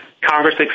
Congress